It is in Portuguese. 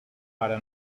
para